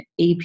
AP